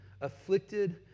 afflicted